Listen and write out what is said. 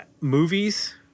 movies